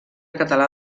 català